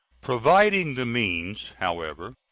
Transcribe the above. providing the means, however,